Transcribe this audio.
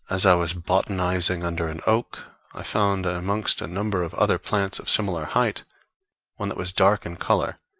as i was botanizing under an oak, i found ah amongst a number of other plants of similar height one that was dark in color,